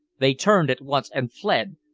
they turned at once and fled,